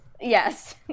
Yes